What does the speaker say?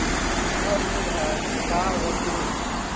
सोना ऋण हा का होते?